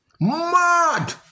mad